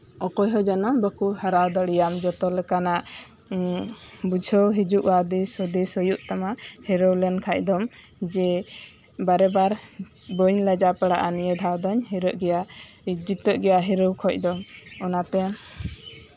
ᱚᱠᱚᱭᱦᱚᱸ ᱡᱮᱱᱚ ᱵᱟᱠᱚ ᱦᱟᱨᱟᱣ ᱫᱟᱲᱮᱭᱟᱢ ᱡᱚᱛᱚ ᱞᱮᱠᱟ ᱚᱱᱟ ᱵᱩᱡᱷᱟᱹᱣ ᱦᱤᱡᱩᱜᱼᱟ ᱚᱱᱟ ᱫᱤᱥ ᱦᱩᱫᱤᱥ ᱦᱩᱭᱩᱜ ᱠᱟᱱᱟ ᱦᱤᱨᱟᱹᱣ ᱞᱮᱱᱠᱷᱟᱱ ᱮᱢ ᱡᱮ ᱵᱟᱨᱮ ᱵᱟᱨ ᱵᱟᱹᱧ ᱞᱟᱡᱟ ᱯᱟᱲᱟᱜᱼᱟ ᱱᱤᱭᱟᱹ ᱵᱟᱨ ᱫᱚᱧ ᱦᱤᱨᱟᱹᱜ ᱜᱮᱭᱟ ᱡᱤᱛᱟᱹᱜ ᱜᱮᱭᱟ ᱦᱤᱨᱟᱹᱣ ᱠᱷᱚᱡ ᱫᱚ ᱚᱱᱟᱛᱮ